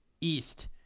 East